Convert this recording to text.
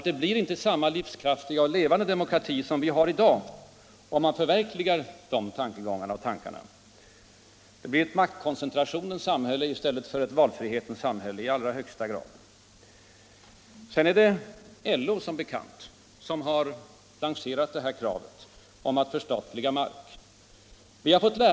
Det blir inte samma livskraftiga och levande demokrati som vi har i dag, om man förverkligar de tankarna. Det blir då i allra högsta grad ett maktkoncentrationens i stället för ett valfrihetens samhälle. Det är som bekant LO som har lanserat kravet att förstatliga all mark i vårt land.